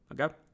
Okay